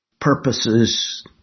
purposes